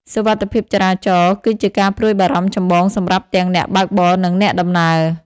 សុវត្ថិភាពចរាចរណ៍គឺជាការព្រួយបារម្ភចម្បងសម្រាប់ទាំងអ្នកបើកបរ និងអ្នកដំណើរ។